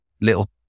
little